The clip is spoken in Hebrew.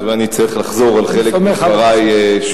אז אני אולי אני אצטרך לחזור על חלק מדברי שוב.